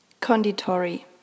Conditori